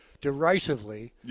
derisively